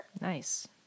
Nice